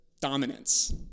dominance